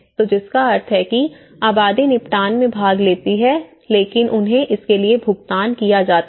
तो जिसका अर्थ है कि आबादी निपटान में भाग लेती है लेकिन उन्हें इसके लिए भुगतान किया जाता है